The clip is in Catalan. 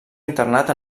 internat